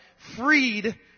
freed